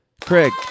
Craig